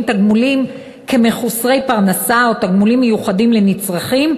תגמולים כמחוסרי פרנסה או תגמולים מיוחדים לנצרכים,